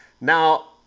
Now